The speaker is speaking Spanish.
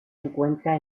encuentra